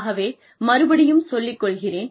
ஆகவே மறுபடியும் சொல்லிக் கொள்கிறேன்